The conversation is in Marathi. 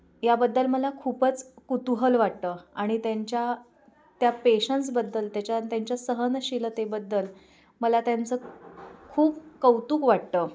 याबद्दल मला खूपच कुतुहल वाटतं आणि त्यांच्या त्या पेशन्सबद्दल त्याच्या त्यांच्या सहनशीलतेबद्दल मला त्यांचं खूप कौतुक वाटतं